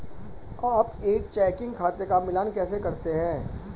आप एक चेकिंग खाते का मिलान कैसे करते हैं?